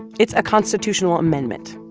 it's a constitutional amendment.